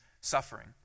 suffering